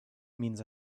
means